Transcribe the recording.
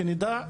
שנדע,